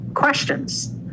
questions